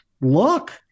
look